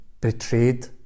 betrayed